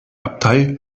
abtei